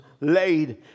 laid